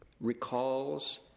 recalls